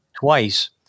twice